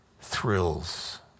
thrills